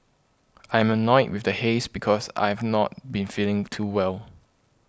I am annoyed with the haze because I've not been feeling too well